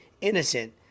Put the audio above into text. innocent